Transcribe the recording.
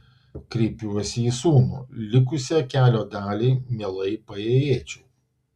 kreipiuosi į sūnų likusią kelio dalį mielai paėjėčiau